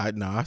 no